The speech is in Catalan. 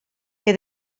que